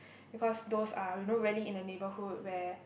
because those are you know really in a neighbourhood where